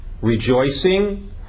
rejoicing